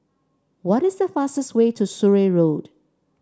what is the fastest way to Surrey Road